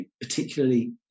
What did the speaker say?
particularly